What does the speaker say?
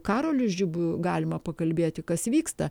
karoliu žibu galima pakalbėti kas vyksta